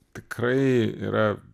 tikrai yra